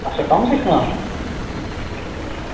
अच्छा कम्म सिक्खना